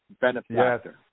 benefactor